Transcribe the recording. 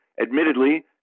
admittedly